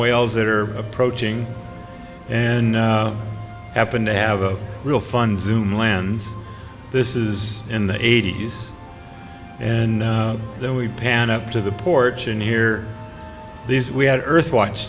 whales that are approaching and happened to have a real fun zoom lens this is in the eighty's and then we pan up to the porch and here these we had earth watch